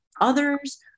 others